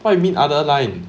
what you mean other line